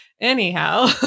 anyhow